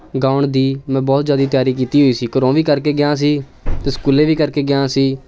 ਗਾਉਣ ਦੀ ਮੈਂ ਬਹੁਤ ਜ਼ਿਆਦਾ ਤਿਆਰੀ ਕੀਤੀ ਹੋਈ ਸੀ ਘਰੋਂ ਵੀ ਕਰਕੇ ਗਿਆ ਸੀ ਅਤੇ ਸਕੂਲੇ ਵੀ ਕਰਕੇ ਗਿਆ ਸੀ